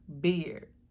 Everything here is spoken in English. beard